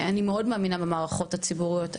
אני מאוד מאמינה במערכות הציבוריות.